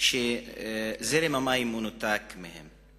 שזרם המים נותק מהם.